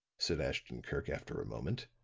said ashton-kirk, after a moment,